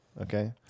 Okay